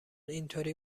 اینطوری